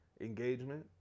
engagement